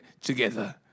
Together